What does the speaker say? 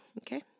okay